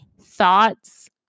thoughts